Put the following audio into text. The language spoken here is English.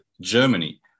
germany